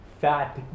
fat